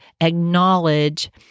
acknowledge